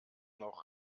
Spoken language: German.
noch